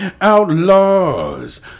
Outlaws